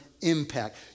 impact